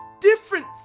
different